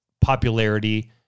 popularity